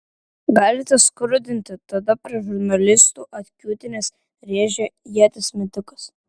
galite skrudinti tada prie žurnalistų atkiūtinęs rėžė ieties metikas